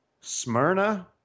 Smyrna